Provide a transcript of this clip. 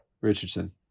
Richardson